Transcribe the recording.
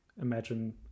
imagine